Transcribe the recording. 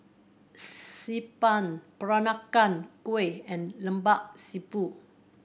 Xi Ban Peranakan Kueh and Lemak Siput